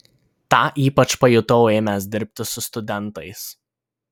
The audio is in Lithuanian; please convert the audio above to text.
tą ypač pajutau ėmęs dirbti su studentais